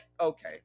Okay